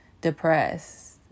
depressed